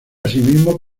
asimismo